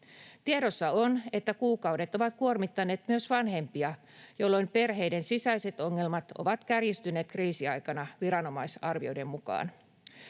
Tiedossa on, että kuukaudet kriisiaikana ovat kuormittaneet myös vanhempia, jolloin perheiden sisäiset ongelmat ovat viranomaisarvioiden mukaan